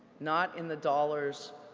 not in the dollars,